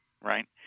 right